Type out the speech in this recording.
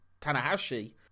Tanahashi